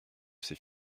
ses